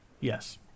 Yes